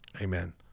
Amen